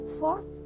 First